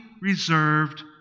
reserved